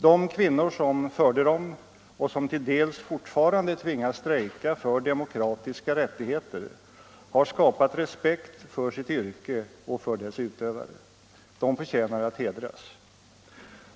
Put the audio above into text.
De kvinnor som förde dem och som till dels fortfarande tvingas strejka för demokratiska rättigheter har skapat respekt för sitt yrke och för dess utövare. De förtjänar att hedras.